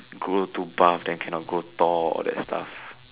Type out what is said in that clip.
grow too buff then cannot grow tall all that stuff